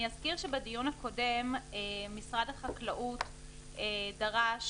אזכיר שבדיון הקודם משרד החקלאות דרש